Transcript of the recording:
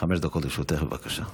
דקות לרשותך, בבקשה.